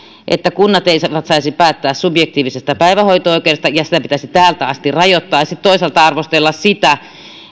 että kunnat eivät saisi päättää subjektiivisesta päivähoito oikeudesta ja että sitä pitäisi täältä asti rajoittaa ja sitten toisaalta arvostella sitä